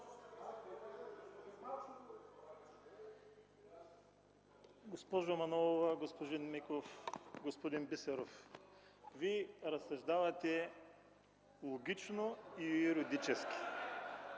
Госпожо Манолова, господин Миков, господин Бисеров! Вие разсъждавате логично и юридически.